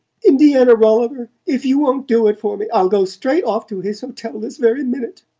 indiana rolliver, if you won't do it for me i'll go straight off to his hotel this very minute.